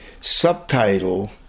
subtitle